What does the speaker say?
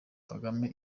kagame